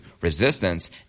resistance